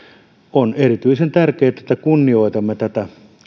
on erityisen tärkeätä että kunnioitamme tätä